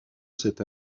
cette